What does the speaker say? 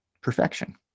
perfection